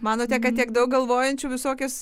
manote kad tiek daug galvojančių visokias